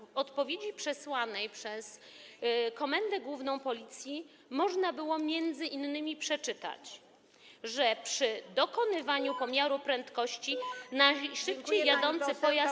W odpowiedzi przesłanej przez Komendę Główną Policji można było m.in. przeczytać, że przy dokonywaniu pomiaru prędkości najszybciej jadącego pojazdu.